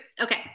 Okay